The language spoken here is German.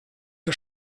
der